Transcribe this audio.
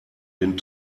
den